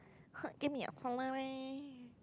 give me a salary